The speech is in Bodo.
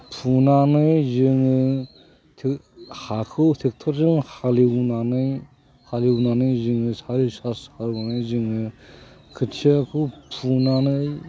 फुनानै जोङो हाखौ ट्रेक्टरजों हालएवनानै हालएवनानै जोङो साइस खालायनानै जोङो खोथियाखौ फुनानै